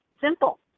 simple